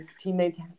teammates